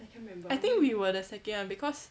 I think we were the second one because